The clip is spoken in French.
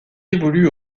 évolue